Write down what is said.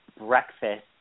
breakfast